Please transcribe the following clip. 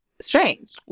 strange